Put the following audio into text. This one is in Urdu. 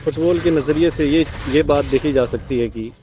فٹ بال کے نظریے سے یہ یہ بات دیکھی جا سکتی ہے کہ